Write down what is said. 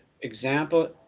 example